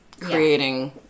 creating